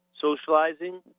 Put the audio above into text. socializing